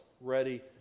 ready